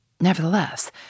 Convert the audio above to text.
Nevertheless